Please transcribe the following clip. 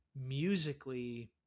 musically